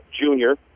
junior